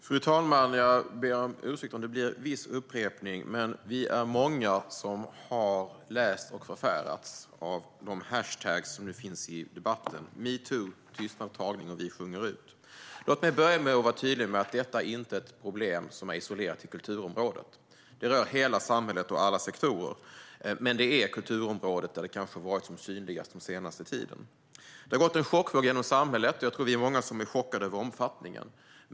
Fru talman! Jag ber om ursäkt om det här blir en viss upprepning. Men vi är många som har läst om och förfärats av de hashtaggar som förekommer i debatten, metoo, tystnadtagning och visjungerut. Låt mig börja med att vara tydlig med att detta inte är ett problem som är isolerat till kulturområdet. Det rör hela samhället och alla sektorer, men det har kanske varit synligast på kulturområdet under den senaste tiden. Det har gått en chockvåg genom samhället, och vi är nog många som är chockade över omfattningen.